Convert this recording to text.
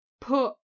put